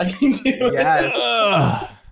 Yes